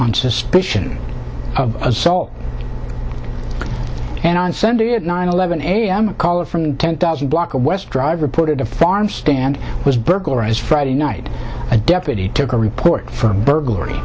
on suspicion of assault and on sunday at nine eleven a m a caller from ten thousand block of west drive reported a farmstand was burglarized friday night a deputy took a report from burglary